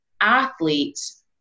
athletes